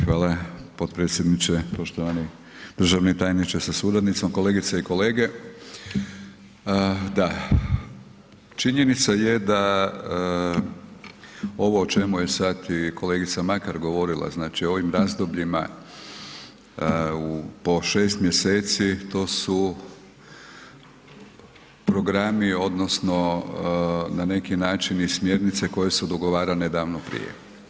Hvala potpredsjedniče, poštovani državni tajniče sa suradnicom, kolegice i kolege, da, činjenica je da ovo o čemu je sad i kolegica Makar govorila, znači, o ovim razdobljima po šest mjeseci, to su programi odnosno na neki način i smjernice koje su dogovarane davno prije.